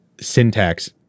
syntax